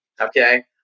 Okay